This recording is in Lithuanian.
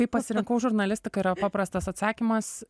kaip pasirinkau žurnalistiką yra paprastas atsakymas